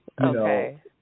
Okay